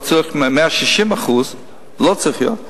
לא צריך 160% לא צריך להיות,